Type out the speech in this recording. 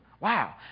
Wow